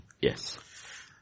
Yes